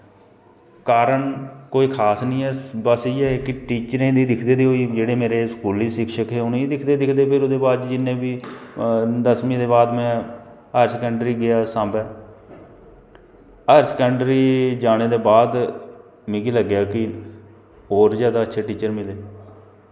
कारण कोई खास नी ऐ बस इयै कि टीचरें गी दिखदे होई जेह्ड़े मेरे स्कूली शिक्षक हे उ'नेंगी दिखदे दिखदे फिर ओह्दे बाद जिन्ने बी दसमीं दे बाद में हायर सकैंडरी गेआ सांबै हायर सकैंडरी जाने दे बाद मिगी लग्गेआ कि बौह्त ज्यादा टीचर मिले